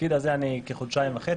בתפקיד הזה אני כחודשיים וחצי.